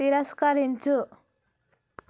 తిరస్కరించు